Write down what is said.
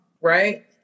right